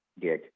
gig